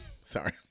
sorry